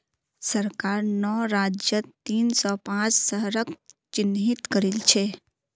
सरकार नौ राज्यत तीन सौ पांच शहरक चिह्नित करिल छे